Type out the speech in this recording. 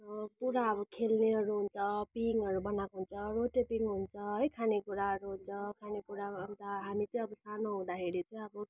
पुरा अब खेल्नेहरू हुन्छ पिङहरू बनाएको हुन्छ रोटेपिङ हुन्छ है खानेकुराहरू हुन्छ खानेकुरा अन्त हामी चाहिँ अब सानो हुँदाखेरि चाहिँ अब